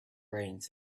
brains